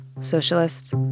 socialists